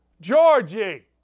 Georgie